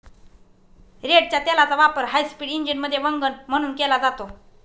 रेडच्या तेलाचा वापर हायस्पीड इंजिनमध्ये वंगण म्हणून केला जातो